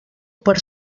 per